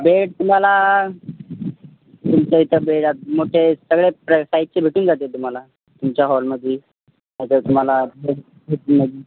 bed तुम्हाला तुमच्या ह्याच्या बेड यात मोठे सगळे प्र साईजचे भेटून जातील तुम्हाला तुमच्या हॉलमध्ये नाही तर तुम्हाला